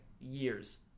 years